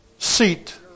Seat